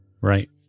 Right